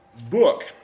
book